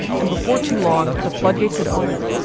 and before too long, the floodgates had opened.